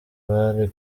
bari